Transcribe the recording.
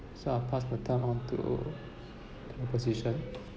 so I'll pass baton on to the opposition